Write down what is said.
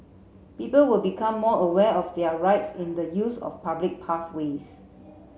people will become more aware of their rights in the use of public pathways